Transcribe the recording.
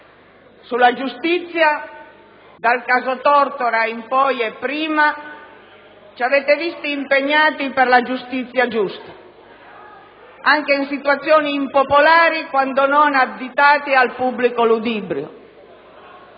Sulla giustizia, dal caso Tortora in poi e prima ancora, ci avete visti impegnati per la giustizia giusta, anche in situazioni impopolari, quando non additati al pubblico ludibrio.